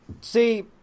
See